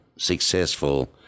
successful